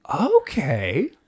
Okay